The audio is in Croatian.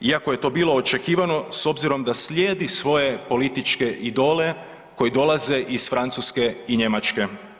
iako je to bilo očekivano s obzirom da slijedi svoje političke idole koji dolaze iz Francuske i Njemačke.